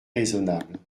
raisonnable